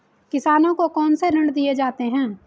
किसानों को कौन से ऋण दिए जाते हैं?